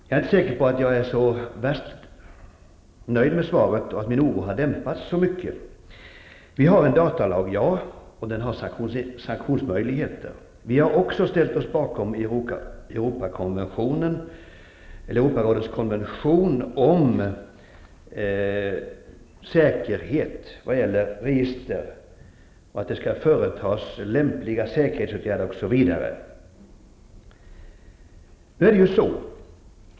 Jag är inte säker på att jag är så värst nöjd med svaret och att min oro har dämpats så mycket. Vi har en datalag med sanktionsmöjligheter. Vi har också ställt oss bakom en Europarådskonvention om säkerhet beträffande register, att det skall företas lämpliga säkerhetsåtgärder, osv.